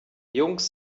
jungs